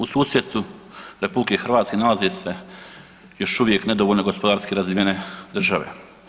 U susjedstvu RH nalaze se još uvijek nedovoljno gospodarski razvije države.